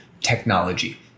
technology